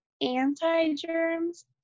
anti-germs